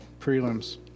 Prelims